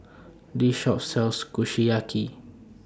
This Shop sells Kushiyaki